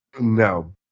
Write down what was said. No